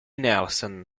nelson